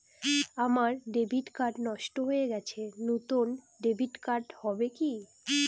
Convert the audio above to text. আমার debit card নষ্ট হয়ে গেছে নূতন ডেবিট কার্ড হবে কি?